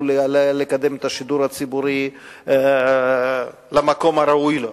לקדם את השידור הציבורי למקום הראוי לו.